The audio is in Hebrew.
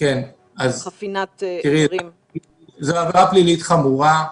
זו עבירה פלילית חמורה,